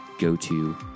go-to